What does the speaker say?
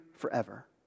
forever